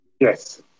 Yes